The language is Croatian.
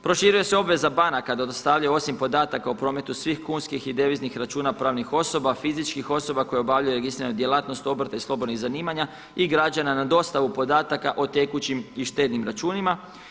Proširuje se obveza banaka da dostavljaju osim podataka o prometu svih kunskih i deviznih računa pravnih osoba, fizičkih osoba koje obavljaju registriranu djelatnost obrta i slobodnih zanimanja, i građana na dostavu podataka o tekućim i štednim računima.